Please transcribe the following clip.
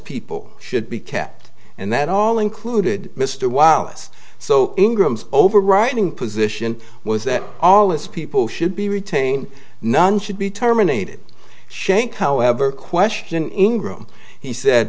people should be kept and that all included mr wollaston so ingram's overwriting position was that all his people should be retained none should be terminated shank however question ingram he said